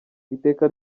iteka